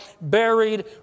buried